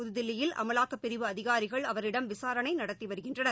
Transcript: புதுதில்லியில் அமலாக்கப் பிரிவு அதிகாரிகள் அவரிடம் விசாரணை நடத்தி வருகின்றனர்